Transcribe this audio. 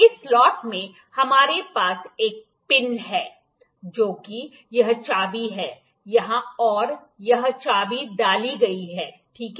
इस स्लॉट में हमारे पास एक पिन है जो कि यह चाबी है यहां और यह चाबी डाली गई है ठीक है